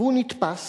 והוא נתפס